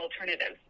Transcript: alternatives